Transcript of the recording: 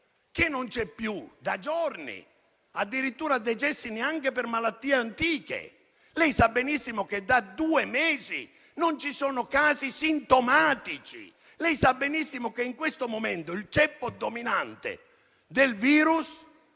che non ci sono più, da giorni, decessi, neanche per malattie antiche; lei sa benissimo che da due mesi non ci sono casi sintomatici; lei sa benissimo che in questo momento il ceppo dominante del virus